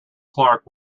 clark